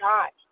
God